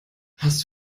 hast